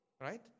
Right